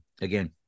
Again